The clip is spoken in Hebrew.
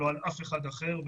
לא על אף אחד אחר,